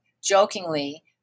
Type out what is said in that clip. jokingly